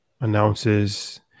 announces